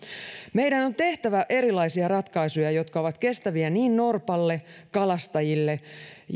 meidän on tehtävä erilaisia ratkaisuja jotka ovat kestäviä niin norpalle kalastajille